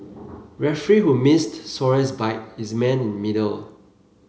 referee who missed Suarez bite is man in middle